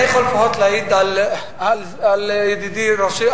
אני יכול לפחות להעיד על ידידי ראש העיר,